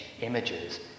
images